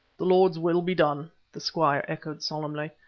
the lord's will be done, the squire echoed, solemnly.